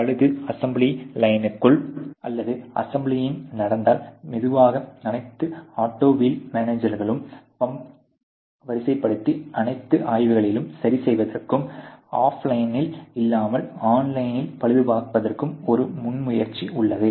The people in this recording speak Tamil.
பழுது அசெம்பிளி லைனுக்குள் அல்ல ஆனால் ஆஃப்லைனில் நடந்ததால் மெதுவாக அனைத்து ஆட்டோ வீல் மேஜர்களிலும் பம்பை வரிசைப்படுத்தி அனைத்து ஆய்வுகளிலும் சரிசெய்வதற்கும் ஆஃப்லைனில் இல்லாமல் ஆன்லைனில் பழுதுபார்ப்பதற்கும் ஒரு முன்முயற்சி உள்ளது